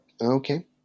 okay